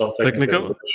technical